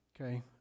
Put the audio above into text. okay